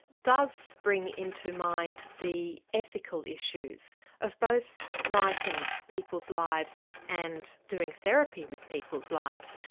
does bring into mind the ethical issues of both writing people's lives and doing therapy with people's lives.